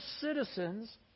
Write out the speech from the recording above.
citizens